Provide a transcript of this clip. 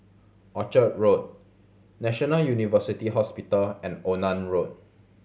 Orchard Road National University Hospital and Onan Road